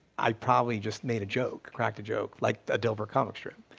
i probably just made a joke, cracked a joke, like a dilbert comic strip,